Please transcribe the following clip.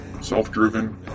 self-driven